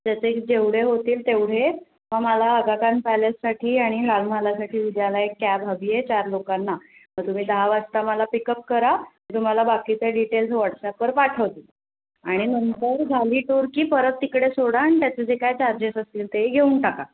त्याचे जेवढे होतील तेवढे मग मला आगाखान पॅलेससाठी आणि लाल महालासाठी उद्याला एक कॅब हवी आहे चार लोकांना मग तुम्ही दहा वाजता मला पिकअप करा मी तुम्हाला बाकीच्या डिटेल्स वॉट्सॲपवर पाठवते आणि नंतर झाली टूर की परत तिकडे सोडा आणि त्याचे जे काय चार्जेस असतील ते घेऊन टाका